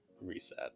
reset